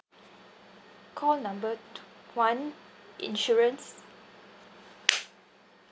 call number two one insurance